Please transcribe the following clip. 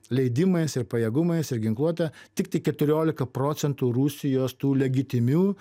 leidimais ir pajėgumais ir ginkluote tiktai keturiolika procentų rusijos tų legitimių